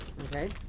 Okay